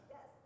Yes